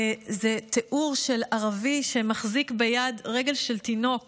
זה תיאור של ערבי שמחזיק ביד רגל של תינוק